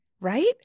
Right